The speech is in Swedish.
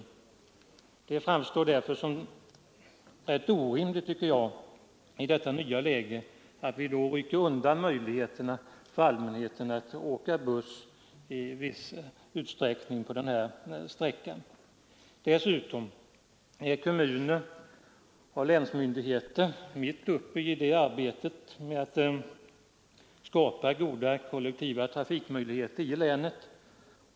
Det framstår därför som rätt orimligt, tycker jag, att man i detta nya läge till viss del rycker undan möjligheterna för allmänheten att åka buss på den här sträckan. För det andra är kommuner och länsmyndigheter mitt uppe i arbetet med att skapa goda kollektiva trafikmöjligheter i länet.